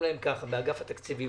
באגף התקציבים,